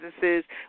businesses